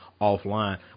offline